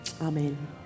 Amen